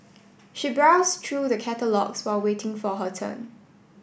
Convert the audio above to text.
she browsed through the catalogues while waiting for her turn